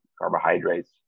carbohydrates